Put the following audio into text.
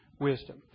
wisdom